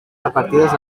repartides